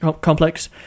complex